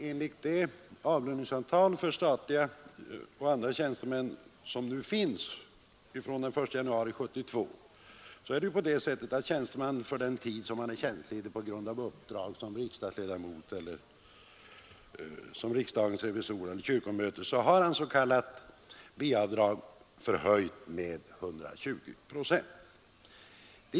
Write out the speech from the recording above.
Enligt det avlöningsavtal för statliga och andra tjänstemän som gäller från den 1 januari 1972 har tjänsteman för den tid som han är tjänstledig på grund av uppdrag som ledamot av riksdagen eller kyrkomötet eller som riksdagens revisor att vidkännas s.k. B-avdrag förhöjt med 120 procent.